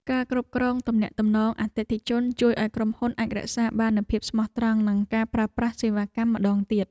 ការគ្រប់គ្រងទំនាក់ទំនងអតិថិជនជួយឱ្យក្រុមហ៊ុនអាចរក្សាបាននូវភាពស្មោះត្រង់និងការប្រើប្រាស់សេវាកម្មម្តងទៀត។